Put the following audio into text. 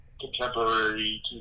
contemporary